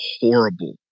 horrible